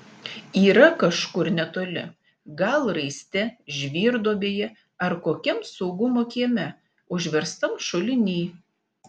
yra kažkur netoli gal raiste žvyrduobėje ar kokiam saugumo kieme užverstam šuliny